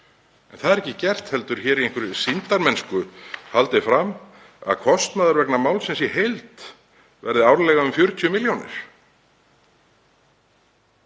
En það er ekki gert heldur er hér í einhverri sýndarmennsku haldið fram að kostnaður vegna málsins í heild verði árlega um 40 milljónir